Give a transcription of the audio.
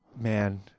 man